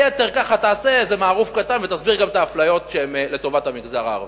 תעשה מערוף קטן ותסביר גם את האפליה שהיא לטובת המגזר הערבי.